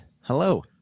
Hello